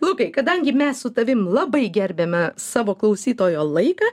lukai kadangi mes su tavim labai gerbiame savo klausytojo laiką